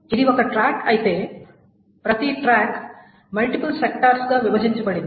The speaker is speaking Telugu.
ఇది ఒక ట్రాక్ అయితే ప్రతి ట్రాక్ మల్టిపుల్ సెక్టార్స్ గా విభజించబడింది